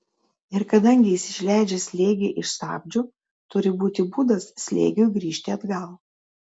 ir kadangi jis išleidžia slėgį iš stabdžių turi būti būdas slėgiui grįžti atgal